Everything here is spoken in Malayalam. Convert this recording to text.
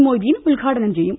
മൊയ്തീൻ ഉദ്ഘാടനം ചെയ്യും